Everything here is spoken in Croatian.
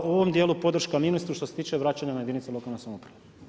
A u ovom djelu podrška ministru što se tiče vraćanja na jedinice lokalne samouprave.